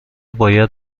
باید